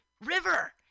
river